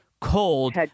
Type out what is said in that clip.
Cold